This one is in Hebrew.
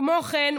כמו כן,